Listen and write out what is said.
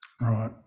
Right